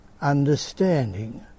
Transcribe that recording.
understanding